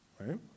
right